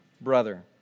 brother